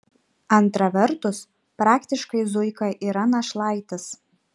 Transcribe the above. antra vertus praktiškai zuika yra našlaitis